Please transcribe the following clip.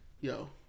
yo